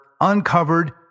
uncovered